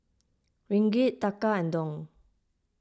Ringgit Taka and Dong